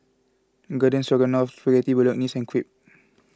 Garden Stroganoff Spaghetti Bolognese Crepe